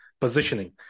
positioning